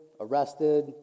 arrested